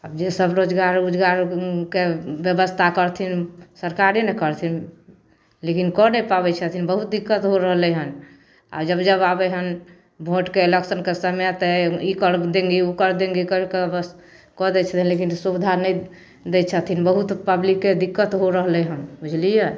आब जे सब रोजगार रोजगारके बेबस्था करथिन सरकारे ने करथिन लेकिन कऽ नहि पाबै छथिन बहुत दिक्कत हो रहलै हँ आओर जब जब आबै हँ भोटके एलेक्शनके समय तऽ ई कर देंगे ओ कर देंगे करि कऽ बस कऽ दै छथिन लेकिन सुविधा नहि दै छथिन बहुत पब्लिकके दिक्कत हो रहलै हँ बुझलिए